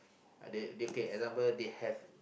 they they okay example they have